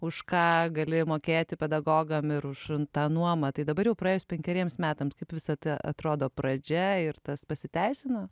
už ką galėjo mokėti pedagogams ir už siuntą nuomą tai dabar praėjus penkeriems metams kaip visada atrodo pradžia ir tas pasiteisina